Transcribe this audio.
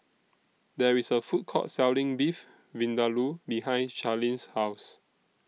There IS A Food Court Selling Beef Vindaloo behind Charlene's House